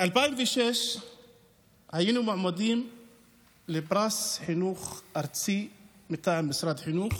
ב-2006 היינו מועמדים לפרס חינוך ארצי מטעם משרד החינוך,